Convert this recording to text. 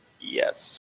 Yes